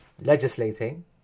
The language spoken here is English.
legislating